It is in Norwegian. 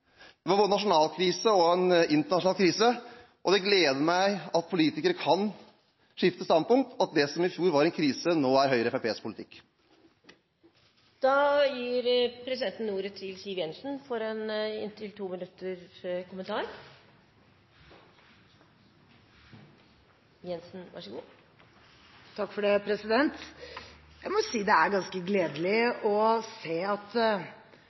det var både en nasjonal krise og en internasjonal krise. Det gleder meg at politikere kan skifte standpunkt, slik at det som i fjor var en krise, nå er Høyre og Fremskrittspartiets politikk. Jeg må si det er ganske gledelig å se at det rød-grønne åket har sluppet taket på representanten Slagsvold Vedum! En etterlysning av enda flere skattelettelser enn det Høyre–Fremskrittsparti-regjeringen har klart å